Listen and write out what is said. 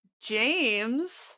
James